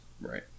Right